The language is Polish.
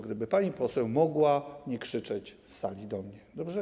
Gdyby pani poseł mogła nie krzyczeć z sali do mnie, dobrze?